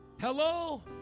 Hello